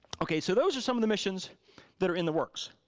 okay, so those are some of the missions that are in the works.